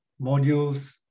modules